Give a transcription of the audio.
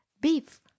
Beef